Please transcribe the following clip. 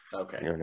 okay